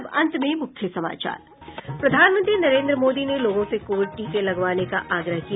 और अब अंत में मुख्य समाचार प्रधानमंत्री नरेन्द्र मोदी ने लोगों से कोविड टीके लगवाने का आग्रह किया